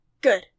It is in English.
Good